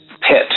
pit